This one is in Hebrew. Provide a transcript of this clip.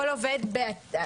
31(א).